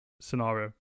scenario